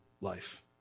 life